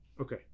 Okay